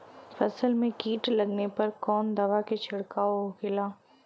फसल में कीट लगने पर कौन दवा के छिड़काव होखेला?